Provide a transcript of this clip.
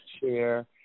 chair